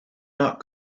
not